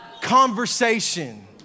conversation